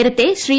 നേരത്തെ ശ്രീ